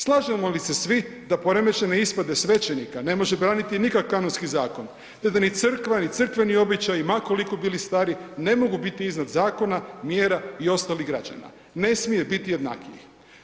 Slažemo li se svi da poremećene ispade svećenika ne može braniti nikakav Kanonski zakon, te da ni crkva, ni crkveni običaji ma koliko bili stari ne mogu biti iznad zakona, mjera i ostalih građana, ne smije biti jednakijih?